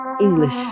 English